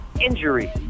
injury